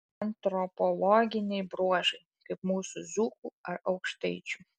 antropologiniai bruožai kaip mūsų dzūkų ar aukštaičių